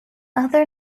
other